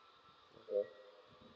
mm